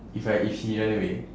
if I if she run away